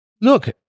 Look